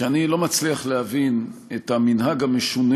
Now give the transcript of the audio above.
שאני לא מצליח להבין את המנהג המשונה